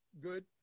good